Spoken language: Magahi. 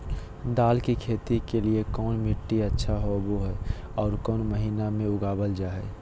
दाल की खेती के लिए कौन मिट्टी अच्छा होबो हाय और कौन महीना में लगाबल जा हाय?